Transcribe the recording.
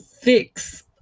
fix